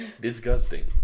Disgusting